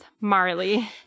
Marley